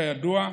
כידוע,